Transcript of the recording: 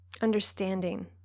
understanding